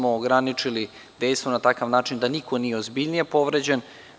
Ograničili smo dejstvo na takav način da niko nije ozbiljnije povređen.